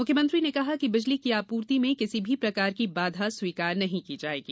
मुख्यमंत्री ने कहा कि बिजली की आपूर्ति में किसी भी प्रकार की बाधा स्वीकार नहीं की जायेगी